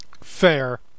fair